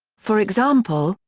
for example,